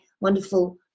wonderful